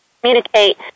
communicate